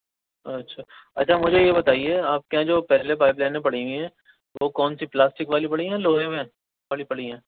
اچھا اچھا مجھے یہ بتائیے آپ کے یہاں جو پہلے پائپ لائنیں پڑی ہوئی ہیں وہ کون سی پلاسٹک والی پڑی ہیں یا لوہے میں والی پڑی ہیں